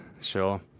Sure